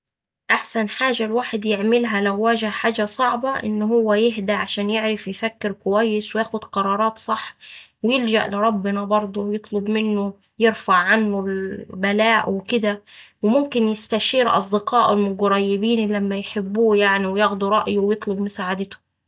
أحسن حاجة الواحد يعملها لو واجه حاجة صعبة إن هوه يهدا عشان يعرف يفكر كويس وياخد قرارات صح ويلجأ لربنا برضه ويطلب منه يرفع عنه ال البلاء وكدا وممكن يستشير أصدقاؤه القريبين اللي أما يحبوه يعني وياخدو رأيه ويطلب مساعدتهم.